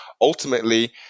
ultimately